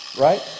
Right